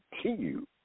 continue